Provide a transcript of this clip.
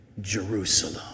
Jerusalem